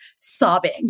sobbing